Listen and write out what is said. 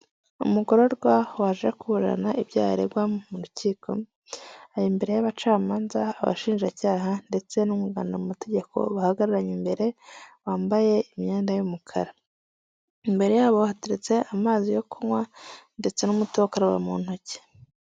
Umugororwa waje kuburana ibyaha aregwa mu rukiko, ari imbere y'abacamanza abashinjacyaha ndetse n'umwunganira mu mategeko bahagararanye imbere, bambaye imyenda y'umukara, imbere yabo hateretse amazi yo kunywa ndetse n'umuti wo gukaraba mu ntoki.